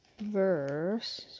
Verse